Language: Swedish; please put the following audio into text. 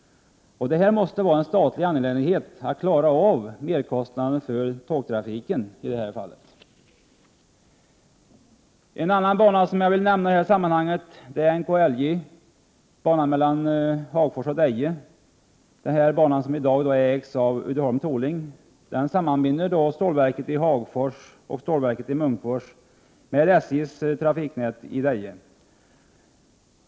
Detta måste vara en statlig angelägenhet, att klara av merkostnaden för tågtrafik i detta fall. En annan bana som jag vill nämna i detta sammanhang är NKIJ, banan mellan Hagfors och Deje. Den ägs i dag av Uddeholm Tooling och sammanbinder stålverken i Hagfors och Munkfors med SJ:s trafiknät i Deje.